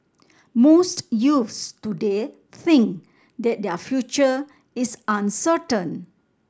most youths today think that their future is uncertain